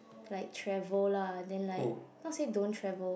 like travel lah and then like not say don't travel